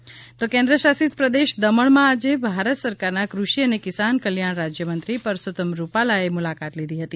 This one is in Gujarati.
દમણ પરસોત્તમ રૂપાલા કેન્દ્રશાસિત પ્રદેશ દમણમાં આજે ભારત સરકારના કૃષિ અને કિસાન કલ્યાણ રાજ્યમંત્રી પરસોત્તમ રૂપાલાએ મુલાકાત લીધી હતી